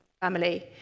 family